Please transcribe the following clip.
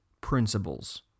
principles